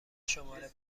شماره